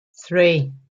three